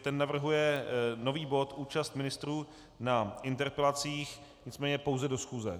Ten navrhuje nový bod účast ministrů na interpelacích, nicméně pouze do schůze.